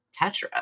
Tetra